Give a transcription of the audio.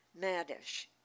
Maddish